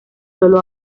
sólo